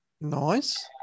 Nice